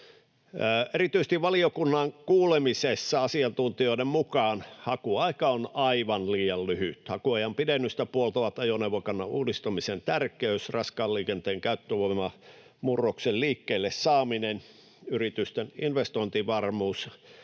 Erityisesti valiokunnan kuulemien asiantuntijoiden mukaan hakuaika on aivan liian lyhyt. Hakuajan pidennystä puoltavat ajoneuvokannan uudistamisen tärkeys, raskaan liikenteen käyttövoimamurroksen liikkeelle saaminen, yritysten investointivarmuus